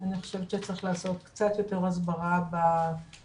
אני חושבת שצריך לעשות קצת יותר הסברה --- גם